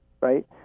right